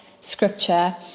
scripture